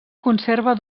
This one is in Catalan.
conserva